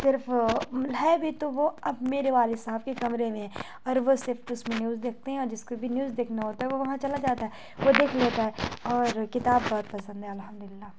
صرف ہے بھی تو وہ اب میرے والد صاحب کے کمرے میں ہے اور وہ صرف اُس میں نیوز دیکھتے ہیں اور جس کو بھی نیوز دیکھنا ہوتا وہ وہاں چلا جاتا ہے وہ دیکھ لیتا ہے اور کتاب بہت پسند ہے الحمد للہ